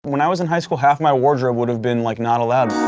when i was in high school, half my wardrobe would have been like not allowed.